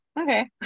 Okay